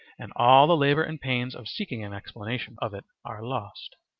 and all the labour and pains of seeking an explanation of it are lost.